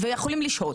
ויכולים לשהות.